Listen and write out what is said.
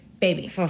Baby